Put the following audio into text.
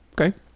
okay